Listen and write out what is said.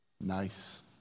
Nice